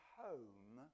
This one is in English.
home